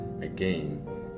Again